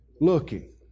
looking